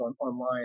online